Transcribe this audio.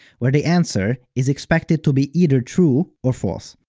where the answer is expected to be either true or false.